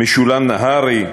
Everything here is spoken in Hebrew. משולם נהרי,